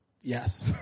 yes